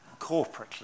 corporately